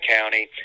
county